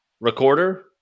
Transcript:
Recorder